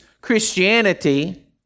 Christianity